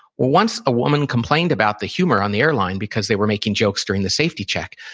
once a woman complained about the humor on the airline because they were making jokes during the safety check.